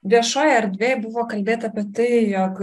viešoj erdvėj buvo kalbėta apie tai jog